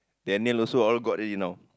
Daniel also all got already now